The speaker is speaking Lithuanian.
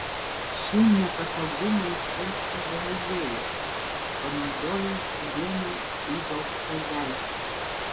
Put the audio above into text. šį nepatogumą ištaisė galilėjus panaudojęs vieną įgaubtą lęšį